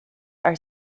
are